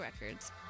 Records